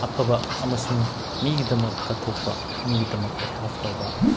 ꯑꯐꯕ ꯑꯃꯁꯨꯡ ꯃꯤꯒꯤꯗꯃꯛ ꯀꯠꯊꯣꯛꯄ ꯃꯤꯒꯤꯗꯃꯛꯇ ꯍꯦꯜꯞ ꯇꯧꯕ